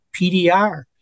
PDR